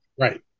Right